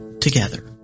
together